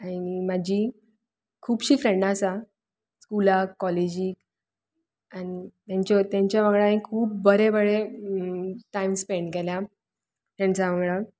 आनी म्हजी खुबशीं फ्रेंडा आसात स्कुलाक कॉलेजीक आनी ताच्या ताच्या वांगडा हांवें खूब बरे बरे टायम स्पेंड केला तांच्या वागडां